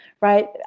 right